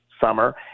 summer